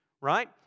right